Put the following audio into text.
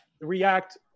react